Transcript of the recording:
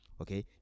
okay